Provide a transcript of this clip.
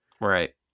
Right